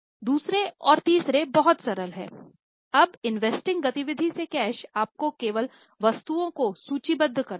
दूसरे और तीसरे बहुत सरल हैं अब इन्वेस्टिंग गति विधि से कैश आपको केवल वस्तुओं को सूचीबद्ध करना है